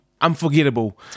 unforgettable